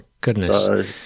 goodness